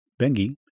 Bengi